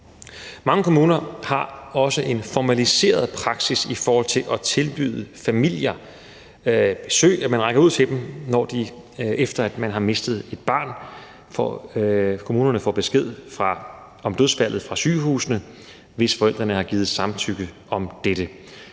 Mange kommuner har også en formaliseret praksis i forhold til at tilbyde familier besøg og række ud til dem, når de har mistet et barn. Kommunerne får besked om dødsfaldet fra sygehusene, hvis forældrene har givet samtykke til dette.